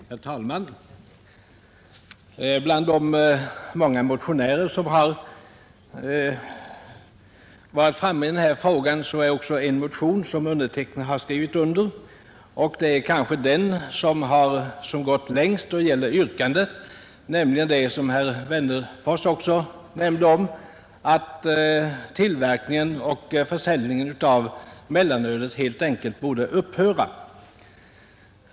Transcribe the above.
Herr talman! Bland de många motionerna i denna fråga finns också en som jag undertecknat. Det är den som kanske gått längst i sitt yrkande. Vi hemställer nämligen, såsom herr Wennerfors också nämnde, att tillverkningen och försäljningen av mellanöl helt enkelt skall upphöra.